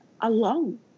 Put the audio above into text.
alone